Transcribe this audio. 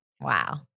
Wow